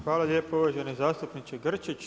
Hvala lijepo uvaženi zastupniče Grčić.